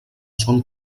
són